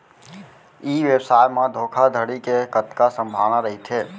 ई व्यवसाय म धोका धड़ी के कतका संभावना रहिथे?